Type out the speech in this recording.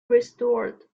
restored